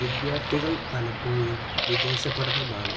വിദ്യാർത്ഥികൾ പലപ്പോഴും വിദേശ പഠനമാണ്